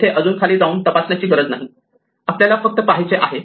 तिथे अजून खाली जाऊन तपासण्याची गरज नाही आपल्याला फक्त पाहायचे आहे